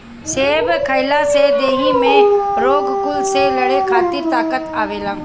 सेब खइला से देहि में रोग कुल से लड़े खातिर ताकत आवेला